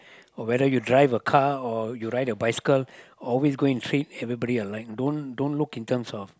whether you drive a car or you ride a bicycle always going treat everybody alike don't don't look in terms of